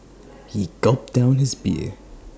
he gulped down his beer